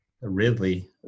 Ridley